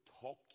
talk